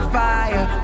fire